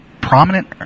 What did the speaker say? prominent